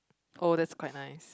oh that's quite nice